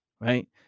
right